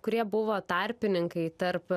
kurie buvo tarpininkai tarp